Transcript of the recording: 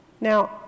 Now